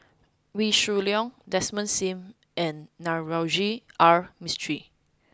Wee Shoo Leong Desmond Sim and Navroji R Mistri